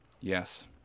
Yes